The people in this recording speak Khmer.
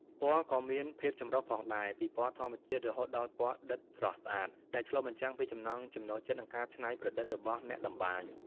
ពណ៌ក៏មានភាពចម្រុះផងដែរ ពីពណ៌ធម្មជាតិរហូតដល់ពណ៌ដិតស្រស់ស្អាត ដែលឆ្លុះបញ្ចាំងពីចំណង់ចំណូលចិត្ត និងការច្នៃប្រឌិតរបស់អ្នកតម្បាញ។